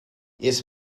its